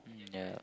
mm yeah